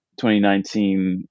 2019